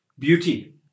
beauty